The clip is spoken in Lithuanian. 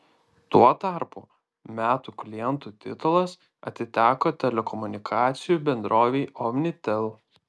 tuo tarpu metų klientų titulas atiteko telekomunikacijų bendrovei omnitel